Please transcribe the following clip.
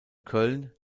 köln